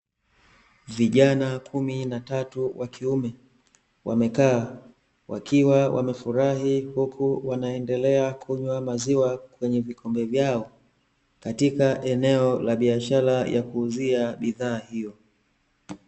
Vijana kumi na tatu wa kiume wamekaa, wakiwa wamefurahi huku wanaendelea kunywa maziwa kwenye vikombe vyao, katika eneo la biashara ya kuuzia bidhaa hiyo.